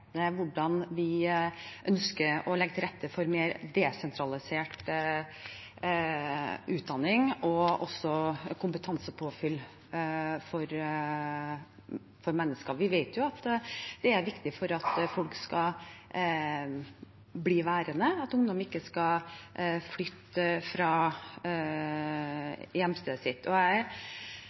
hvordan vi ønsker å legge til rette for mer desentralisert utdanning og også kompetansepåfyll for mennesker. Vi vet jo at det er viktig for at folk skal bli værende, at ungdom ikke skal flytte fra hjemstedet sitt. Jeg